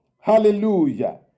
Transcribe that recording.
Hallelujah